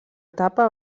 etapa